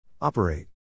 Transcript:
Operate